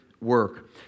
work